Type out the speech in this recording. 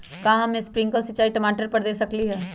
का हम स्प्रिंकल सिंचाई टमाटर पर दे सकली ह?